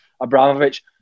Abramovich